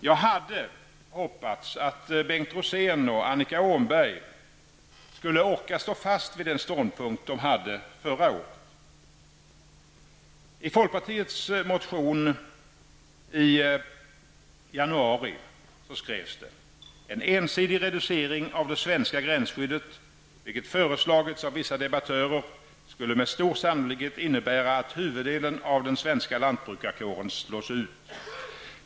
Jag hade hoppats att Bengt Rosén och Annika Åhnberg skulle orka stå fast vid den ståndpunkt de hade förra året. I folkpartiets motion från januari i år skrevs: ''En ensidig reducering av det svenska gränsskyddet, vilket föreslagits av vissa debattörer, skulle med stor sannolikhet innebära att huvuddelen av den svenska lantbrukarkåren slås ut.